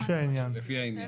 לפי העניין.